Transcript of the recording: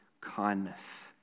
kindness